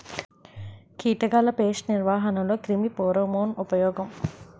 కీటకాల పేస్ట్ నిర్వహణలో క్రిమి ఫెరోమోన్ ఉపయోగం